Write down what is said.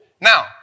Now